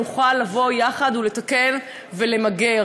נוכל לבוא יחד ולתקן ולמגר.